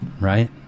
right